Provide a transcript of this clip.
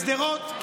בשדרות?